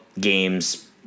games